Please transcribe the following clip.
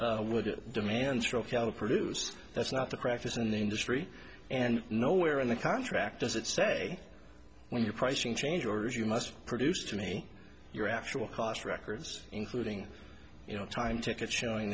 get demands from caliper duce that's not the practice in the industry and nowhere in the contract does it say when you're pricing change or if you must produce to me your actual cost records including you know time ticket showing